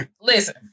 listen